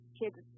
kids